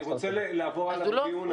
אני רוצה לעבור הלאה בדיון,